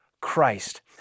Christ